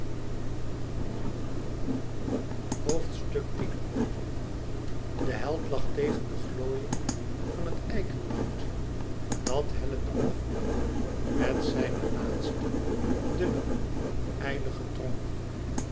de held lag tegen de glooiïng van het eikenwoud dat hellende af liep met zijne laatste dunnere ijlige tronken